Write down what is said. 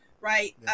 Right